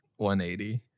180